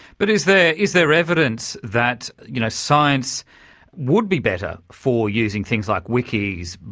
but is there is there evidence that you know science would be better for using things like wikis,